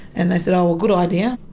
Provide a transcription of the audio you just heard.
and they said, oh well, good idea.